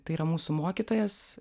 tai yra mūsų mokytojas